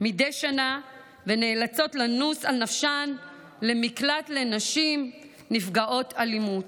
מדי שנה ונאלצות לנוס על נפשן למקלט לנשים נפגעות אלימות.